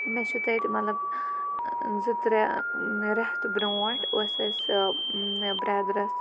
مےٚ چھُ تَتہِ مطلب زٕ ترٛےٚ رٮ۪تھ برونٛٹھ ٲس اَسہِ برٛدرَس